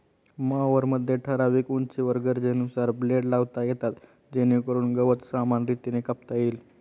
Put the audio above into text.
मॉवरमध्ये ठराविक उंचीवर गरजेनुसार ब्लेड लावता येतात जेणेकरून गवत समान रीतीने कापता येईल